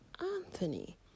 Anthony